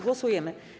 Głosujemy.